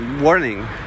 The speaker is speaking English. warning